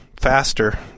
Faster